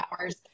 hours